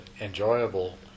enjoyable